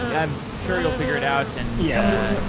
i'm sure you'll figure it out and yeah,